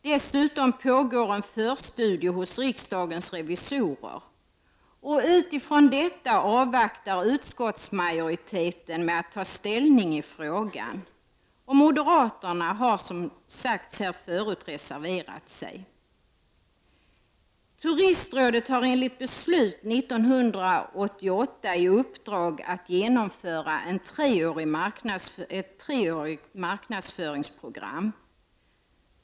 Dessutom pågår det en förstudie hos riksdagens revisorer. Utifrån detta avvaktar utskottsmajoriteten med att ta ställning i frågan. Moderaterna har här reserverat sig. Turistrådet har enligt beslut 1988 i uppdrag att genomföra ett treårigt marknadsföringsprogram.